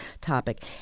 topic